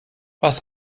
was